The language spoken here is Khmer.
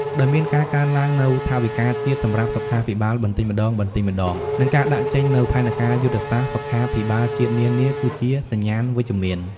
ដោយមានការកើនឡើងនូវថវិកាជាតិសម្រាប់សុខាភិបាលបន្តិចម្តងៗ និងការដាក់ចេញនូវផែនការយុទ្ធសាស្ត្រសុខាភិបាលជាតិនានា គឺជាសញ្ញាណវិជ្ជមាន។